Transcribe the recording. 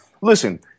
listen